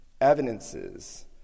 evidences